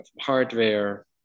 hardware